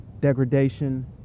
degradation